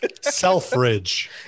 Selfridge